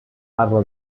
parla